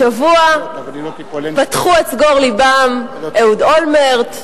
השבוע פתחו את סגור לבם אהוד אולמרט,